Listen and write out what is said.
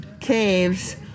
caves